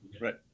Right